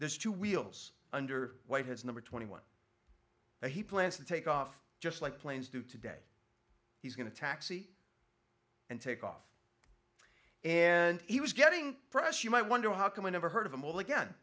there's two wheels under way his number twenty one that he plans to take off just like planes do today he's going to taxi and take off and he was getting fresh you might wonder how come you never heard of him well again